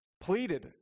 pleaded